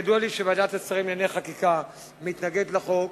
ידוע לי שוועדת השרים לענייני חקיקה מתנגדת לחוק.